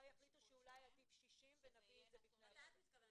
יחליטו שאולי עדיף 60. מתי את מתכוונת,